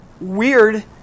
Weird